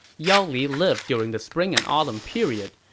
yao li lived during the spring and autumn period,